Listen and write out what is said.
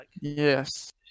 Yes